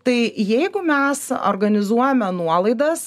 tai jeigu mes organizuojame nuolaidas